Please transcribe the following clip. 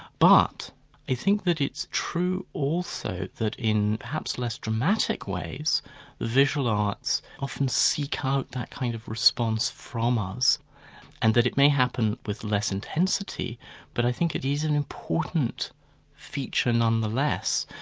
but i think that it's true also that in perhaps less dramatic ways, the visual arts often seek out that kind of response from us and that it may happen with less intensity but i think it is an important feature nonetheless.